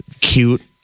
cute